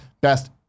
best